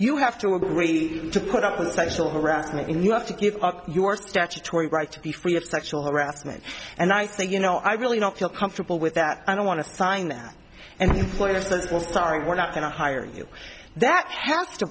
you have to agree to put up with sexual harassment and you have to give up your statutory right to be free of sexual harassment and i think you know i really don't feel comfortable with that i don't want to sign and inflatable star we're not going to hire you that